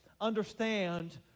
understand